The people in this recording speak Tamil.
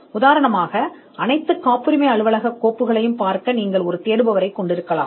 உதாரணமாக அனைத்து காப்புரிமை அலுவலகக் கோப்புகளையும் பார்க்க நீங்கள் ஒரு தேடுபவரைக் கொண்டிருக்கலாம்